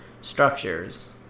structures